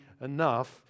enough